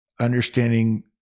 understanding